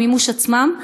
למימוש עצמם.